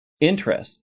interest